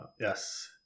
Yes